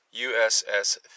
USS